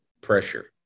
pressure